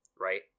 right